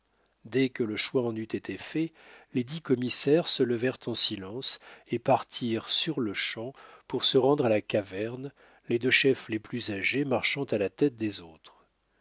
dès que le choix en eut été fait les dix commissaires se levèrent en silence et partirent sur-le-champ pour se rendre à la caverne les deux chefs les plus âgés marchant à la tête des autres